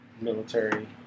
military